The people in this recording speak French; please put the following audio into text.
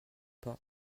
pas